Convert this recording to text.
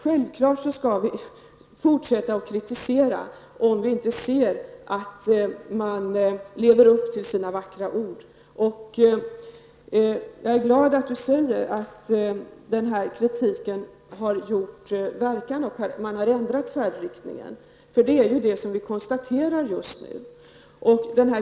Självklart skall vi fortsätta att kritisera, om vi inte ser att man lever upp till sina vackra ord. Jag är glad att Bengt Hurtig säger att kritiken har gjort verkan och att man har ändrat färdriktningen. Det är ju det vi konstaterar just nu.